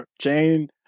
Jane